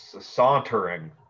sauntering